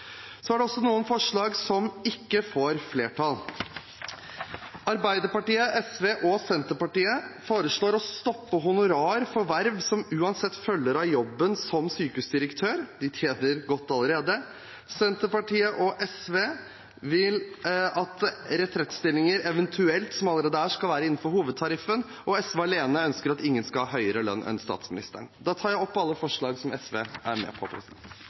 Så er det også noen forslag som ikke får flertall. Arbeiderpartiet, SV og Senterpartiet foreslår å stoppe honorar for verv som uansett følger av jobben som sykehusdirektør – de tjener godt allerede. Senterpartiet og SV vil at retrettstillinger – eventuelt, som allerede er der – skal være innenfor hovedtariffavtalen, og SV alene ønsker at ingen skal ha høyere lønn enn statsministeren. Da tar jeg opp de forslagene SV